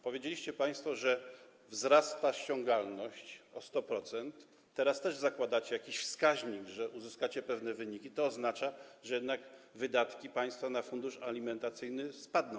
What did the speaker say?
Powiedzieliście państwo, że wzrasta ściągalność o 100%, teraz też zakładacie, że uzyskacie jakiś wskaźnik, pewne wyniki, a to oznacza, że jednak wydatki państwa na fundusz alimentacyjny spadną.